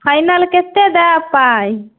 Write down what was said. final कतेक देब पाइ